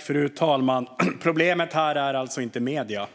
Fru talman! Problemet här är inte medier.